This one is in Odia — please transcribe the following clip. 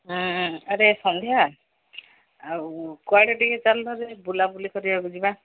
ଆରେ ସନ୍ଧ୍ୟା ଆଉ କୁଆଡ଼େ ଟିକେ ଚାଲୁନରେ ବୁଲା ବୁଲି କରିବାକୁ ଯିବା